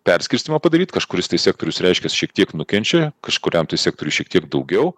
perskirstymą padaryt kažkuris tai sektorius reiškias šiek tiek nukenčia kažkuriam tai sektoriui šiek tiek daugiau